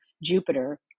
Jupiter